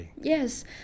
Yes